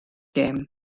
gem